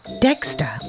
Dexter